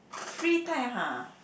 free time ha